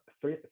three